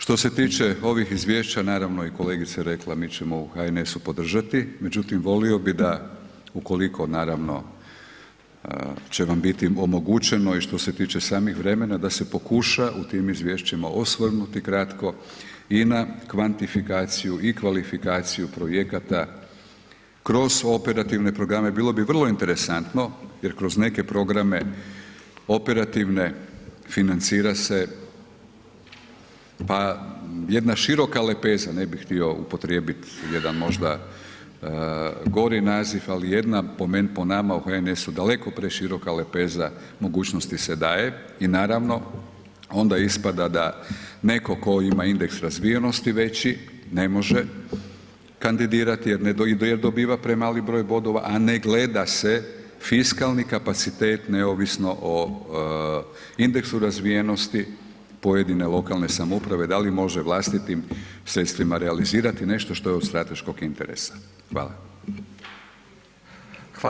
Što se tiče ovih izvješća, naravno i kolegice je rekla, mi ćemo HNS-u podržati, međutim volio bi da ukoliko naravno će vam biti omogućeno i što se tiče samih vremena, da se pokuša u tim izvješćima osvrnuti kratko i na kvantifikaciju i kvalifikaciju projekata kroz operativne programe, bilo bi vrlo interesantno jer kroz neke programe operativne, financira se pa jedna široka lepeza, ne bih htio upotrijebit jedan možda gori naziv ali jedna po nama u HNS-u, dakle preširoka lepeza mogućnosti se daje i naravno onda ispada da netko tko ima indeks razvijenosti veći ne može kandidirati jer dobiva premali broj bodova a ne gleda se fiskalni kapacitet neovisno o indeksu razvijenosti pojedine lokalne samouprave, da li može vlastitim sredstvima realizirati nešto što je od strateškog interesa, hvala.